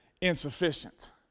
insufficient